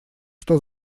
что